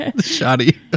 Shoddy